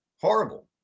horrible